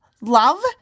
Love